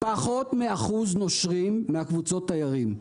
פחות מאחוז נושרים מהקבוצות תיירים,